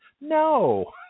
No